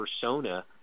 persona